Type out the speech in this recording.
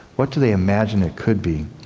what do they imagine it could be.